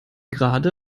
gerade